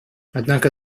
однако